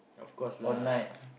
of course lah